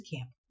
Camp